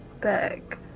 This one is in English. back